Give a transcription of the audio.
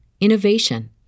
innovation